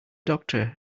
doctor